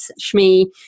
Shmi